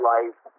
Life